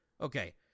Okay